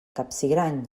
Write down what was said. capsigrany